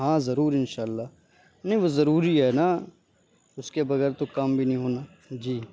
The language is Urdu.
ہاں ضرور ان شاء اللہ نہیں وہ ضروری ہے نا اس کے بغیر تو کام بھی نہیں ہونا جی